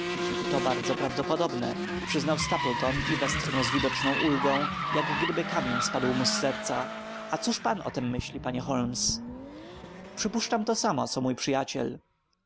to bardzo prawdopodobne przyznał stapleton i westchnął z widoczną ulgą jak gdyby kamień spadł mu z serca a cóż pan o tem myśli panie holmes przypuszczam to samo co mój przyjaciel